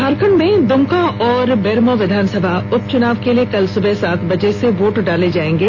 झारखंड के द्मका और बेरमो विधानसभा उप चुनाव के लिए कल सुबह सात बजे से वोट डाले जाएंगे